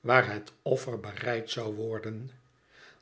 waar het offer bereid zou worden